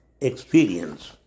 experience